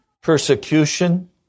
persecution